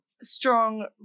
Strong